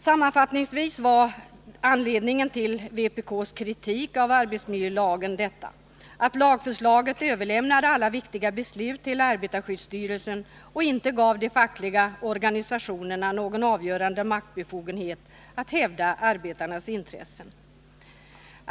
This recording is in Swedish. Sammanfattningsvis var anledningen till vpk:s kritik av arbetsmiljölagen att lagförslaget överlämnade alla viktiga beslut till arbetarskyddsstyrelsen och inte gav de fackliga organisationerna någon avgörande maktbefogenhet att hävda arbetarnas intressen.